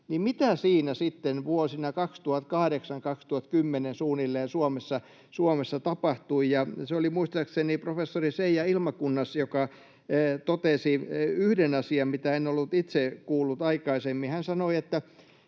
suunnilleen vuosina 2008—2010 sitten Suomessa tapahtui. Se oli muistaakseni professori Seija Ilmakunnas, joka totesi yhden asian, mitä en ollut itse kuullut aikaisemmin. Hän sanoi, että